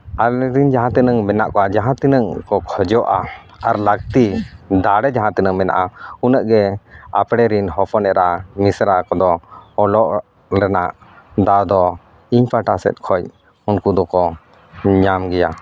ᱟᱢᱨᱮᱱ ᱡᱟᱦᱟᱸ ᱛᱤᱱᱟᱹᱜ ᱢᱮᱱᱟᱜ ᱠᱚᱣᱟ ᱡᱟᱦᱟᱸ ᱛᱤᱱᱟᱹᱝ ᱠᱚ ᱠᱷᱚᱡᱚᱜᱼᱟ ᱟᱨ ᱞᱟᱹᱠᱛᱤ ᱫᱟᱲᱮ ᱡᱟᱦᱟᱸ ᱛᱤᱱᱟᱹᱜ ᱢᱮᱱᱟᱜᱼᱟ ᱩᱱᱟᱹᱜ ᱜᱮ ᱟᱯᱲᱮᱨᱮᱱ ᱦᱚᱯᱚᱱ ᱮᱨᱟ ᱢᱤᱥᱨᱟ ᱠᱚᱫᱚ ᱚᱞᱚᱜ ᱨᱮᱱᱟᱜ ᱫᱟᱣᱫᱚ ᱤᱧ ᱯᱟᱦᱟᱴᱟ ᱥᱮᱫ ᱠᱷᱚᱱ ᱩᱱᱠᱩ ᱫᱚᱠᱚ ᱧᱟᱢᱜᱮᱭᱟ